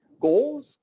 Goals